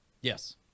yes